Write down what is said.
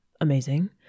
amazing